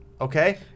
okay